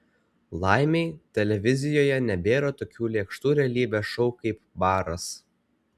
laimei televizijoje nebėra tokių lėkštų realybės šou kaip baras